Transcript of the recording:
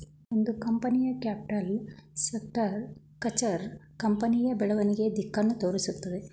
ಒಂದು ಕಂಪನಿಯ capital structure ಕಂಪನಿಯ ಬೆಳವಣಿಗೆಯ ದಿಕ್ಕನ್ನು ತೋರಿಸುತ್ತದೆ